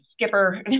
Skipper